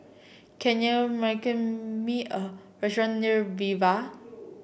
can you recommend me a restaurant near Viva